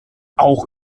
auch